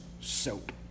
soap